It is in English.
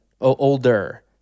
older